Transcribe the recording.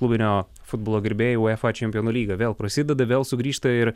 klubinio futbolo gerbėjai uefa čempionų lygą vėl prasideda vėl sugrįžta ir